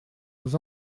aux